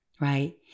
right